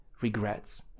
regrets